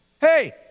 Hey